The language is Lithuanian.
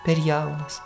per jaunas